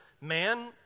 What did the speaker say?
man